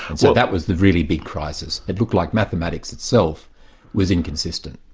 and so that was the really big crisis. it looked like mathematics itself was inconsistent.